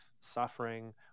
suffering